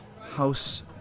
house